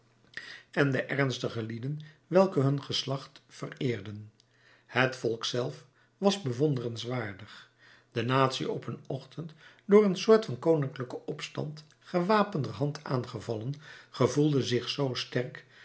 en de ernstige lieden welke hun geslacht vereerden het volk zelf was bewonderenswaardig de natie op een ochtend door een soort van koninklijken opstand gewapenderhand aangevallen gevoelde zich zoo sterk